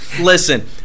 Listen